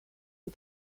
and